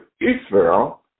Israel